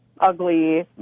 ugly